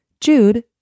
Jude